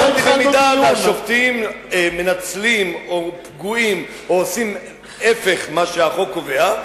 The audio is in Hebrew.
אמרתי שבמידה שהשופטים מנצלים או פוגעים או עושים ההיפך ממה שהחוק קובע,